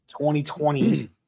2020